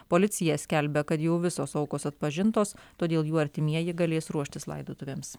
policija skelbia kad jau visos aukos atpažintos todėl jų artimieji galės ruoštis laidotuvėms